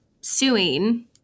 suing